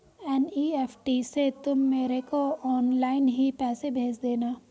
NEFT से तुम मेरे को ऑनलाइन ही पैसे भेज देना